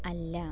അല്ല